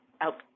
out